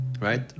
right